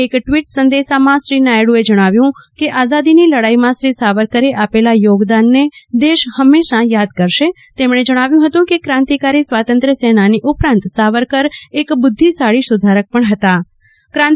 એક ટવીટ સંદેશામાં શ્રી નાયડ઼એ જજ્ઞાવ્યું હતું કે આઝાદીની લડાઇમાં શ્રી સાવરકરે આપેલા યોગદાનનું દેશ હંમેશા યાદ કરશે તેમણે જજ્ઞાવ્યું હતું કે ક્રાંતિકારી સ્વાતંત્ર્ય સેનાની ઉપરાંત સાવરકર એક બુદ્ધિશાળી સુધારક પજ્ઞ હતા